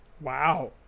Wow